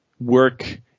work